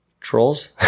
Trolls